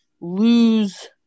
lose